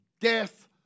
Death